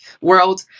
world